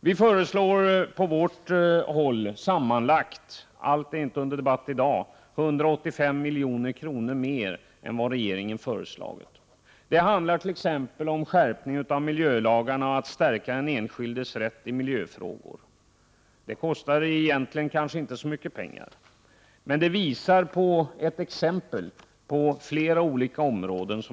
Vi från folkpartitets sida föreslår sammanlagt — allt debatteras inte i dag — 185 milj.kr. mer i anslag än vad regeringen föreslagit. Det handlar t.ex. om en skärpning av miljölagarna och om att stärka den enskildes rätt i miljöfrågor. Dessa åtgärder kostar kanske inte särskilt mycket pengar, men de är exempel på olika områden.